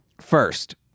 first